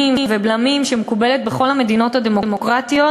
ובלמים שמקובלת בכל המדינות הדמוקרטיות,